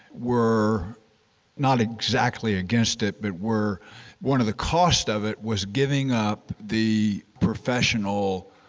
were not exactly against it, but were one of the cost of it was giving up the professional,